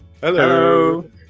Hello